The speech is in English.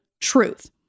truth